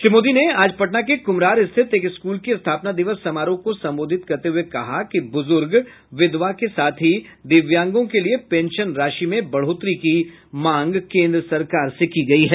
श्री मोदी ने आज पटना के कुम्हरार स्थित एक स्कूल के स्थापना दिवस समारोह को संबोधित करते हुए कहा कि बुजुर्ग विधवा के साथ ही दिव्यांगों के लिये पेंशन राशि में बढ़ोतरी की मांग केन्द्र सरकार से की गयी है